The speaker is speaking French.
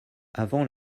avant